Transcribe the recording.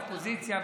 אופוזיציה,